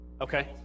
Okay